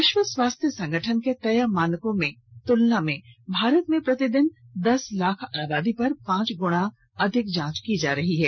विश्व स्वास्थ्य संगठन के तय मानकों की तुलना में भारत में प्रतिदिन दस लाख आबादी पर पांच गुना अधिक जांच की जा रही है